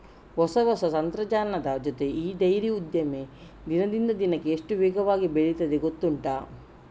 ಹೊಸ ಹೊಸ ತಂತ್ರಜ್ಞಾನದ ಜೊತೆ ಈ ಡೈರಿ ಉದ್ದಿಮೆ ದಿನದಿಂದ ದಿನಕ್ಕೆ ಎಷ್ಟು ವೇಗವಾಗಿ ಬೆಳೀತಿದೆ ಗೊತ್ತುಂಟಾ